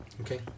Okay